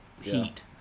heat